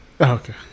Okay